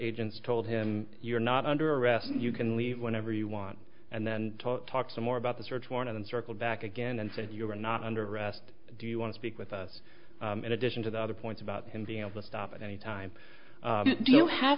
agents told him you're not under arrest you can leave whenever you want and then talk some more about the search warrant and circled back again and said you are not under arrest do you want to speak with us in addition to the other points about him being able to stop at any time do you have